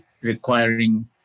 requiring